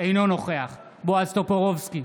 אינו נוכח בועז טופורובסקי,